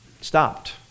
Stopped